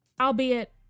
albeit